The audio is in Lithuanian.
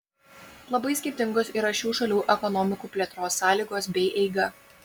labai skirtingos yra šių šalių ekonomikų plėtros sąlygos bei eiga